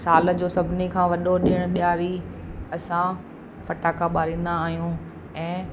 साल जो सभिनी खां वॾो ॾिणु ॾीआरी असां फटाका ॿारींदा आहियूं ऐं